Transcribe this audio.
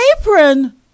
apron